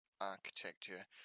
architecture